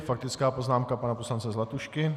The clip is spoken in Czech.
Faktická poznámka pana poslance Zlatušky.